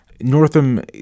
Northam